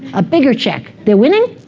a bigger check. they're winning?